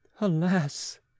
Alas